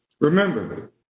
Remember